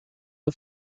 the